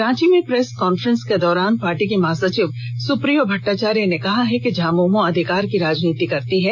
रांची में press conference के दौरान पार्टी के महासचिव सुप्रीयो भट्टाचार्य ने कहा है कि झामुमो अधिकार की राजनीति करती है